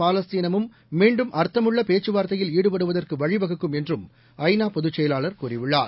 பாலஸ்தீனமும் மீண்டும் அர்த்தமுள்ளபேச்சுவார்த்தையில் ஈடுபடுவதற்குவழிவகுக்கும் என்றும் ஐநாபொதுச் செயலாளர் கூறியுள்ளார்